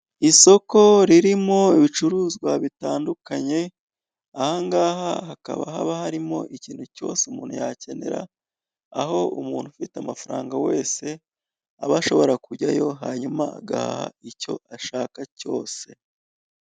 Isoko ririmo ibicuruzwa bitandukanye ahangaha hakaba haba harimo ikintu cyose umuntu yakenera aho umuntu ufite amafaranga wese aba ashobora kujyayo hanyuma agaha icyo ashaka cyose.